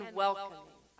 welcoming